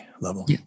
level